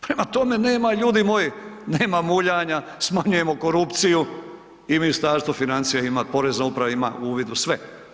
Prema tome, nema ljudi moji, nema muljanja, smanjujemo korupciju i Ministarstvo financija ima, Porezna uprava ima uvid u sve.